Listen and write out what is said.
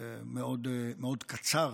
המאוד-קצר